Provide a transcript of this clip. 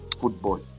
football